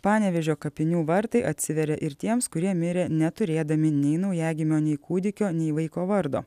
panevėžio kapinių vartai atsiveria ir tiems kurie mirė neturėdami nei naujagimio nei kūdikio nei vaiko vardo